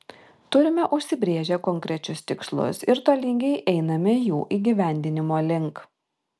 turime užsibrėžę konkrečius tikslus ir tolygiai einame jų įgyvendinimo link